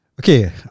Okay